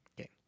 Okay